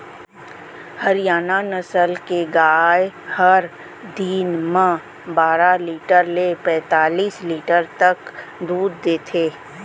हरियाना नसल के गाय हर दिन म बारा लीटर ले पैतालिस लीटर तक दूद देथे